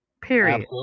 Period